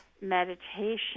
meditation